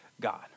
God